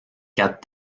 quatre